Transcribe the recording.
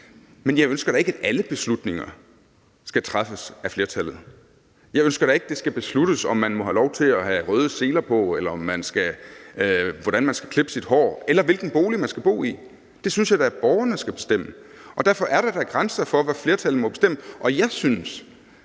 Men jeg ønsker da ikke, at alle beslutninger skal træffes af flertallet. Jeg ønsker da ikke, det skal besluttes, om man må have lov til at have røde seler på, eller hvordan man skal klippe sit hår – eller hvilken bolig man skal bo i. Det synes jeg da at borgerne skal bestemme. Derfor er der da grænser for, hvad flertallet må bestemme. Og jeg synes,